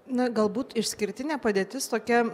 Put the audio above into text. na galbūt išskirtinė padėtis tokia